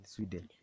Sweden